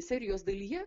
serijos dalyje